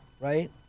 Right